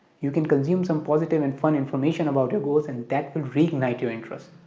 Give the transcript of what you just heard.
you can consume some positive and fun information about your goals and that will reignite your interest